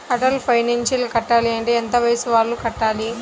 Atal pension కట్టాలి అంటే ఎంత వయసు వాళ్ళు కట్టాలి?